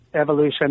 evolution